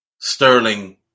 Sterling